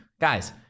Guys